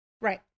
Right